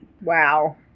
Wow